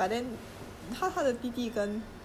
ya ya[eh] not bad ya